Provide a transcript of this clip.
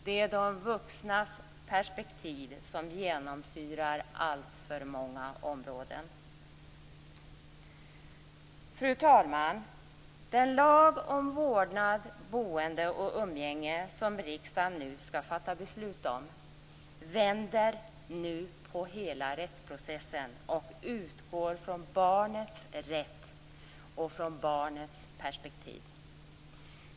Det är de vuxnas perspektiv som genomsyrar alltför många områden. Fru talman! Den lag om vårdnad, boende och umgänge som riksdagen nu skall fatta beslut om vänder på hela rättsprocessen och utgår från barnets rätt och från barnets perspektiv.